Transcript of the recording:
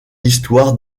histoire